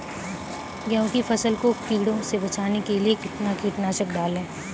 गेहूँ की फसल को कीड़ों से बचाने के लिए कितना कीटनाशक डालें?